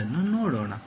ಅದನ್ನು ನೋಡೋಣ